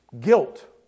guilt